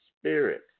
spirit